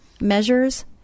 measures